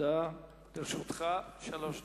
לרשותך שלוש דקות.